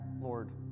Lord